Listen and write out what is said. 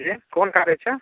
जी कोन कार्य छै